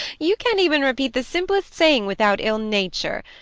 you can't even repeat the simplest saying without ill-nature.